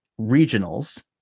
regionals